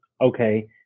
okay